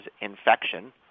infection